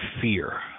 fear